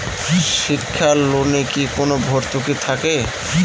শিক্ষার লোনে কি কোনো ভরতুকি থাকে?